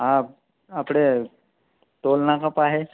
હા આપણે ટોલ નાકા પાસે